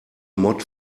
mod